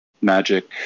magic